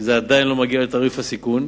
שזה עדיין לא מגיע לתעריף הסיכון.